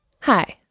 Hi